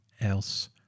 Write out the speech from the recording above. else